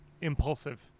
impulsive